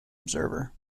observer